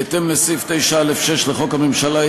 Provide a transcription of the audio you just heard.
בהתאם לסעיף 9(א)(6) לחוק הממשלה,